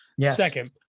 second